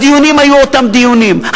הדיונים היו אותם דיונים,